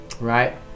right